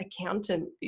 accountant